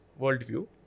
worldview